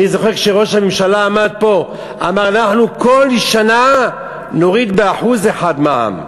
אני זוכר שראש הממשלה עמד פה ואמר: אנחנו כל שנה נוריד ב-1% את המע"מ,